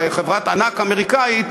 חברת ענק אמריקנית,